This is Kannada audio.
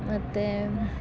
ಮತ್ತು